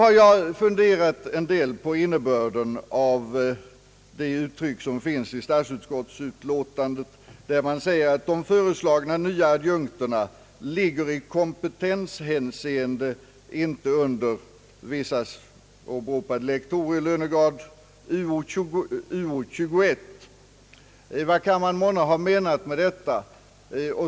Jag har funderat en del på innebörden av det uttryck som finns i statsutskottets utlåtande, där man säger att de föreslagna nya adjunkterna i kompetenshänseende inte ligger under vissa åberopade lektorers i lönegrad Uo 21. Vad kan man månne ha menat med detta?